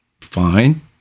fine